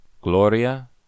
Gloria